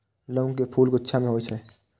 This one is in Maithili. लौंग के फूल गुच्छा मे होइ छै